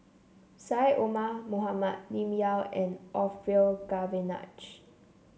Syed Omar Mohamed Lim Yau and Orfeur Cavenagh